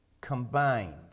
combined